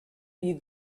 you